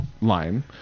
line